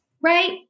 right